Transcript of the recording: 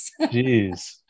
Jeez